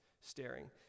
staring